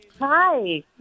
Hi